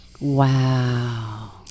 wow